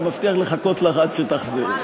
אני מבטיח לחכות לך עד שתחזרי.